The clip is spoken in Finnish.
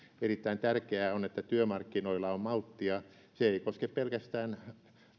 erittäin tärkeää on että työmarkkinoilla on malttia tämä maltin tarve ei koske pelkästään